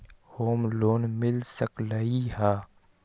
Home loan मिल सकलइ ह?